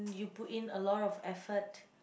you put in a lot of effort